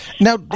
Now